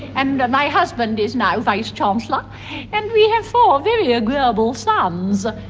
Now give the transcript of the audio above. and and my husband is now vice chancellor and we have four very agreeable sons.